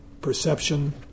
perception